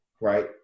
right